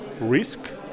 risk